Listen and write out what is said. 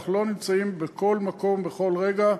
אנחנו לא נמצאים בכל מקום בכל רגע.